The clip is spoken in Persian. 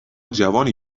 جوانی